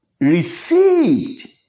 received